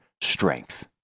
strength